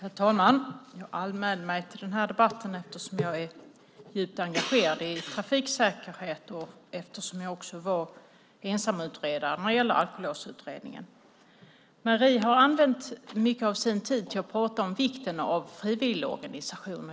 Herr talman! Jag anmälde mig till denna debatt eftersom jag är djupt engagerad i trafiksäkerhet och eftersom jag också var ensamutredare i Alkolåsutredningen. Marie Nordén har använt mycket av sin tid till att prata om vikten av frivilligorganisationer.